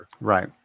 Right